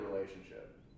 relationship